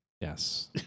Yes